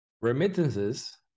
Remittances